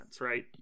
Right